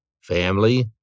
family